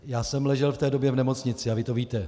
Já jsem ležel v té době v nemocnici a vy to víte.